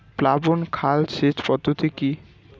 প্লাবন খাল সেচ পদ্ধতি কি?